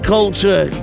Culture